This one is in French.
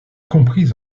compris